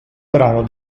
brano